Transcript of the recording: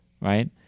right